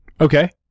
Okay